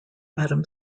adam